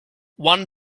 one